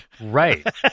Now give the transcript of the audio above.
right